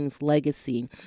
Legacy